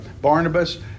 Barnabas